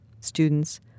students